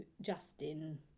Justin